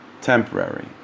temporary